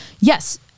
Yes